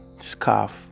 scarf